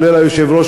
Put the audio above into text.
כולל היושב-ראש,